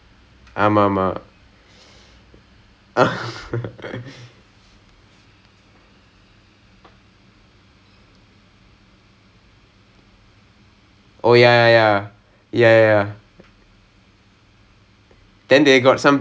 அநியாயத்துக்கு கவலை படுறது:aniyaaytthukku kavalai padurathu re~ remember that remember when we were discussing the pongal stuff all then remember you me karthik we were thinking about running into the stands and everything like ya like பேய் நம்மளை அங்கே துரத்தும் எல்லாம் யோசித்துட்டு இருந்த அப்போ:pei nammalai angae thuratthum ellaam yositthuttu iruntha appo remember card came and then like